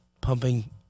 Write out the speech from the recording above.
pumping